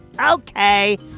Okay